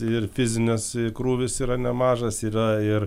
ir fizinis krūvis yra nemažas yra ir